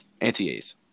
anti-A's